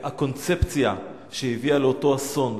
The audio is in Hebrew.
והקונספציה שהביאה לאותו אסון,